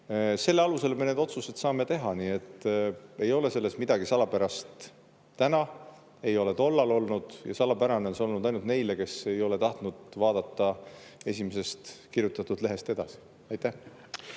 Selle alusel me neid otsuseid saame teha. Nii et ei ole selles midagi salapärast täna ega olnud ka tol ajal. Salapärane on see olnud ainult neile, kes ei ole tahtnud vaadata esimesest kirjutatud [uudisest] edasi. Aitäh!